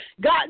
God